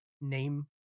name